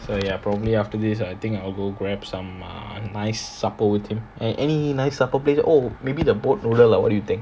so ya probably after this I think I will go grab some um supper with him and any nice supper place oh maybe the boat noodle lah what do you think